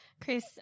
Chris